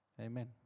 amen